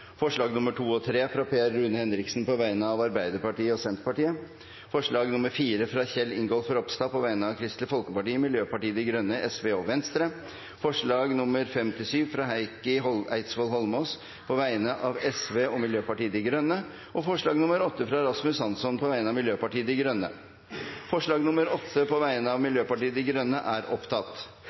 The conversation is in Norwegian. forslag nr. 1, fra Per Rune Henriksen på vegne av Arbeiderpartiet, Senterpartiet og Sosialistisk Venstreparti forslagene nr. 2 og 3, fra Per Rune Henriksen på vegne av Arbeiderpartiet og Senterpartiet forslag nr. 4, fra Kjell Ingolf Ropstad på vegne av Kristelig Folkeparti, Venstre, Sosialistisk Venstreparti og Miljøpartiet De Grønne forslagene nr. 5–7, fra Heikki Eidsvoll Holmås på vegne av Sosialistisk Venstreparti og Miljøpartiet De Grønne forslag nr. 8, fra Rasmus Hansson på vegne av Miljøpartiet De Grønne Det voteres over forslag